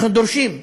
אנחנו דורשים,